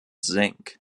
zinc